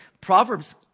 Proverbs